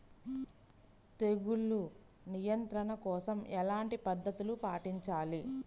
తెగులు నియంత్రణ కోసం ఎలాంటి పద్ధతులు పాటించాలి?